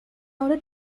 order